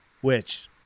which-